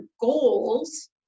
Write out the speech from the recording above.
goals